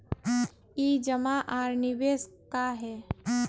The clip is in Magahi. ई जमा आर निवेश का है?